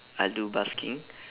I'll do busking